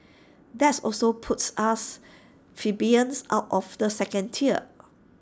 that also puts us plebeians out of the second tier